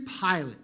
Pilate